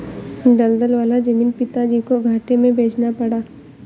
दलदल वाला जमीन पिताजी को घाटे में बेचना पड़ा